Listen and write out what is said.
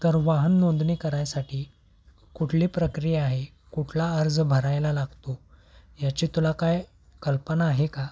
तर वाहन नोंदणी करायसाठी कुठली प्रक्रिया आहे कुठला अर्ज भरायला लागतो याची तुला काय कल्पना आहे का